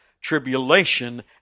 tribulation